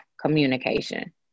communication